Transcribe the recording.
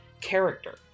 character